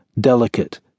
delicate